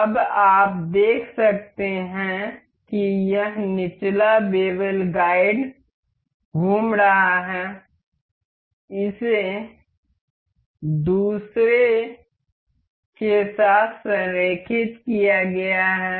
अब आप देख सकते हैं कि यह निचला बेवेल गाइड घूम रहा है इसे दूसरे के साथ संरेखित किया गया है